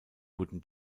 wurden